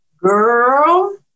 Girl